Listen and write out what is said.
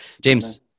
James